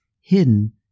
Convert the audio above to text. hidden